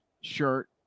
shirt